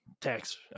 tax